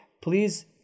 Please